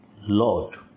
Lord